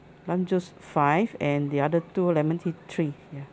lime juice five and the other two lemon tea three ya